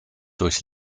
durch